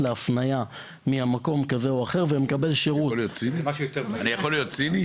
אני יכול להיות ציני?